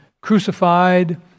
crucified